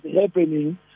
happening